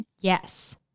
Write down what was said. Yes